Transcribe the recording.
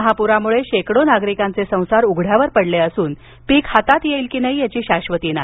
महापुरामुळे शेकडो नागरिकांचे संसार उघड्यावर पडले असून पीक हातात येईल की नाही याची शाश्वती नाही